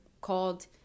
called